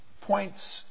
points